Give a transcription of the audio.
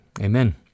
Amen